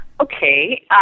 Okay